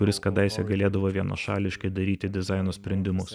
kuris kadaise galėdavo vienašališkai daryti dizaino sprendimus